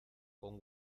con